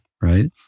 right